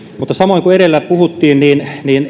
mutta samoin kuin edellä puhuttiin niin